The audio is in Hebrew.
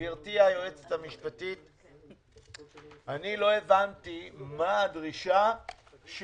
גברתי היועצת המשפטית אני לא הבנתי מה הדרישה של